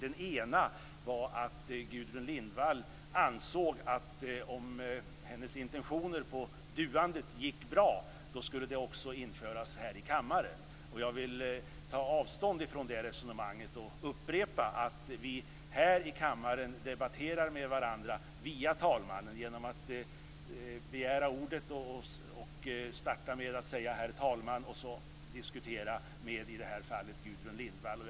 Den ena var att Gudrun Lindvall ansåg att om hennes intentioner om duandet gick bra skulle det också införas här i kammaren. Jag vill ta avstånd från det resonemanget och upprepa att vi här i kammaren debatterar med varandra via talmannen genom att begära ordet och starta med att säga: Herr talman! och diskutera, i det här fallet med Gudrun Lindvall.